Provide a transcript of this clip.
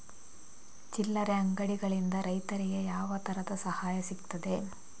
ಚಿಲ್ಲರೆ ಅಂಗಡಿಗಳಿಂದ ರೈತರಿಗೆ ಯಾವ ತರದ ಸಹಾಯ ಸಿಗ್ತದೆ?